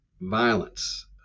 violence